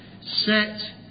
set